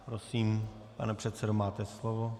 Prosím, pane předsedo, máte slovo.